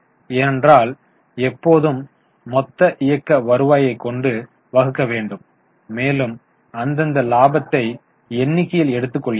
ஏனென்றால் எப்போதும் மொத்த இயக்க வருவாயை கொண்டு வகுக்க வேண்டும் மேலும் அந்தந்த லாபத்தை எண்ணிக்கையில் எடுத்துக் கொள்கிறோம்